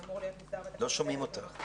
שהנושא של תנועות הנוער הוא כן חלק מהתקנות האלה.